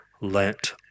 let